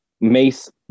Mace